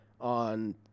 on